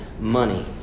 money